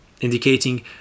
indicating